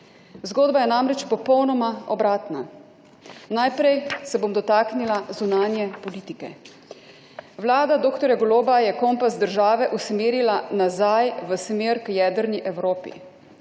Zgodba je namreč popolnoma obratna. Najprej se bom dotaknila zunanje politike. Vlada dr. Goloba je kompas države usmerila nazaj v smer k jedrni Evropi.